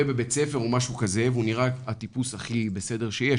בבית ספר ונראה הטיפוס הכי בסדר שיש,